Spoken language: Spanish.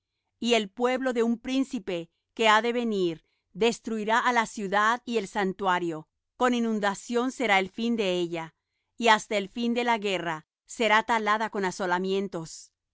y el pueblo de un príncipe que ha de venir destruirá á la ciudad y el santuario con inundación será el fin de ella y hasta el fin de la guerra será talada con asolamientos